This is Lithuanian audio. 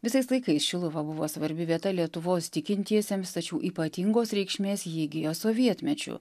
visais laikais šiluva buvo svarbi vieta lietuvos tikintiesiems tačiau ypatingos reikšmės ji įgijo sovietmečiu